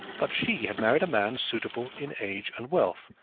but she had married a man suitable in age and wealth,